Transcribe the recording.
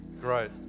Great